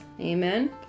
Amen